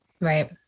right